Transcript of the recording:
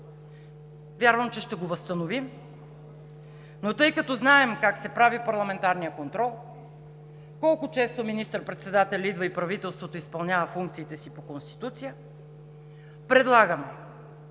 Вярвам, че ще го възстановим, но тъй като знаем как се прави парламентарният контрол – колко често министър-председателят и правителството изпълняват функциите си по Конституция, предлагам